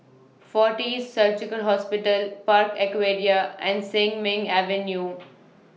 Fortis Surgical Hospital Park Aquaria and Sin Ming Avenue